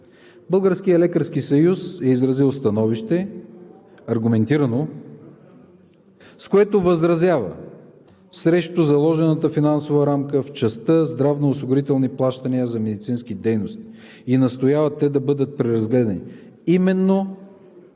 Българският лекарски съюз е изразил аргументирано становище, с което възразява срещу заложената финансова рамка в частта „здравноосигурителни плащания за медицински дейности“ и настояват те да бъдат преразгледани,